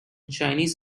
chinese